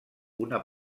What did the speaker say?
una